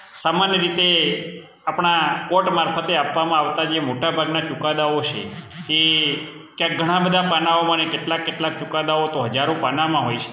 સામાન્ય રીતે આપણાં કોર્ટ મારફતે આપવામાં આવતા જે મોટા ભાગના ચુકાદાઓ છે એ ક્યાંક ઘણા બધા પાનાઓમાંને કેટલાક કેટલાક ચુકાદાઓ તો હજારો પાનામાં હોય છે